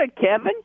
Kevin